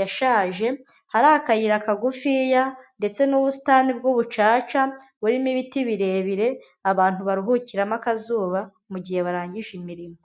yashaje, hari akayira kagufiya ndetse n'ubusitani bw'ubucaca burimo ibiti birebire abantu baruhukiramo akazuba mu gihe barangije imirimo.